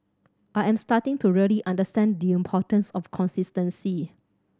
I am starting to really understand the importance of consistency